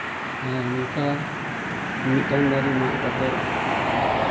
ᱟᱨ ᱱᱚᱝᱠᱟ ᱢᱤᱫᱴᱟᱱ ᱫᱟᱨᱮ ᱢᱟᱜ ᱠᱟᱛᱮᱫ